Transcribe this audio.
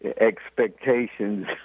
expectations